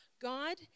God